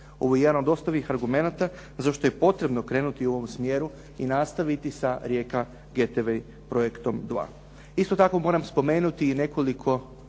Ovo je jedan od osnovnih argumenata zašto je potrebno krenuti u ovom smjeru i nastaviti sa Rijeka-Getaway projektom 2. Isto tako, moram spomenuti i nekoliko